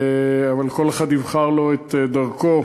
אבל כל אחד יבחר לו את דרכו.